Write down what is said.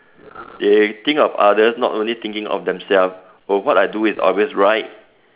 they think of others not only thinking of themselves oh what I do is always right